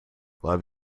love